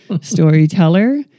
storyteller